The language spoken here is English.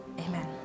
Amen